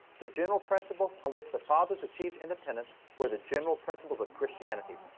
the general principles on which the fathers achieved independence were the general principles of christianity.